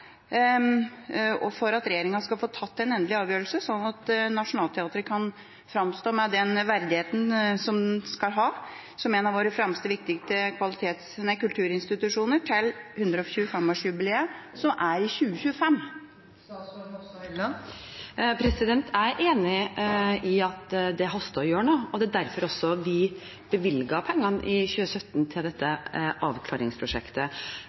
for at regjeringa skal få tatt en endelig avgjørelse, slik at Nationaltheatret kan framstå med den verdigheten det skal ha, som en av våre fremste og viktigste kulturinstitusjoner, til 125-årsjubileet i 2025? Jeg er enig i at det haster å gjøre noe, og derfor bevilget vi penger i 2017 til dette avklaringsprosjektet.